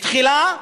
תחילה,